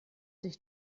sich